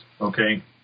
Okay